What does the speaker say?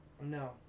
No